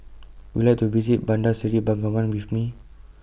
Would YOU like to visit Bandar Seri Begawan with Me